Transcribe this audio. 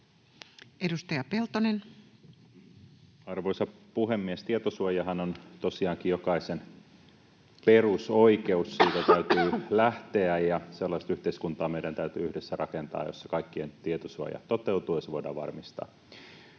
18:05 Content: Arvoisa puhemies! Tietosuojahan on tosiaankin jokaisen perusoikeus. Siitä täytyy lähteä, ja sellaista yhteiskuntaa meidän täytyy yhdessä rakentaa, jossa kaikkien tietosuoja toteutuu ja se voidaan varmistaa.